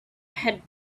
had